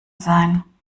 sein